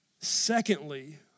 Secondly